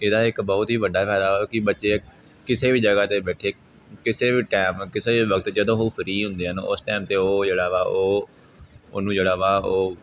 ਇਹਦਾ ਇੱਕ ਬਹੁਤ ਹੀ ਵੱਡਾ ਫਾਇਦਾ ਹੋਇਆ ਕਿ ਬੱਚੇ ਕਿਸੇ ਵੀ ਜਗ੍ਹਾ 'ਤੇ ਬੈਠੇ ਕਿਸੇ ਵੀ ਟਾਈਮ ਕਿਸੇ ਵੀ ਵਕਤ ਜਦੋਂ ਉਹ ਫਰੀ ਹੁੰਦੇ ਹਨ ਉਸ ਟਾਈਮ 'ਤੇ ਉਹ ਜਿਹੜਾ ਵਾ ਉਹ ਉਹਨੂੰ ਜਿਹੜਾ ਵਾ ਉਹ